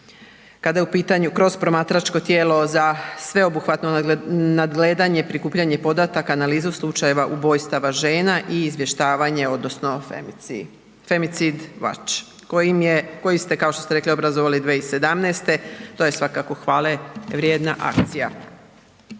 kada je u pitanju, kroz promatračko tijelo za sveobuhvatno nadgledanje, prikupljanje podataka, analizu slučajeva ubojstava žena i izvještavanje odnosno Femicid Watch kojim je, koji ste kao što ste rekli obrazovali 2017., to je svakako hvale vrijedna akcija.